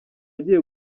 agiye